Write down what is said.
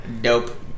Dope